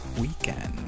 weekend